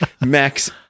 Max